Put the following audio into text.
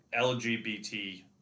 LGBT